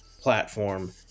platform